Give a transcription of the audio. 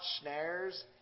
snares